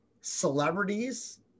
celebrities